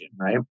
right